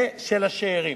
ושל השאירים,